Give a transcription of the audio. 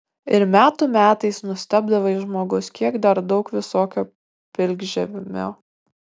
ir metų metais nustebdavai žmogus kiek dar daug visokio pilkžemio